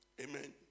Amen